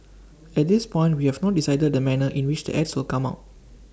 at this point we have not decided the manner in which the ads will come out